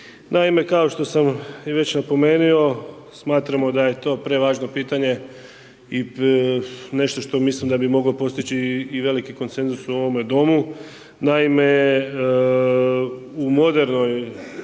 Naime, kao što sam već i napomenuo, smatramo da je to prevažno pitanje i nešto što o mislim da bi moglo postići i veliki konsenzus u ovome Domu. Naime, u modernim